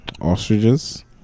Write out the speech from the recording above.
Ostriches